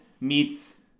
meets